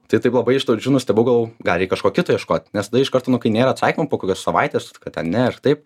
tai taip labai iš nustebau galvojau gal reik kažko kito ieškot nes tada iš karto nu kai nėra atsakymo po kokios savaitės kad ten ne ar taip